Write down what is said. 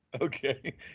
Okay